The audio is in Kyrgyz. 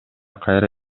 кайра